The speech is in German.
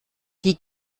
die